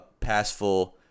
passful